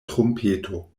trumpeto